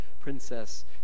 Princess